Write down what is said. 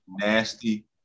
nasty